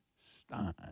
Stein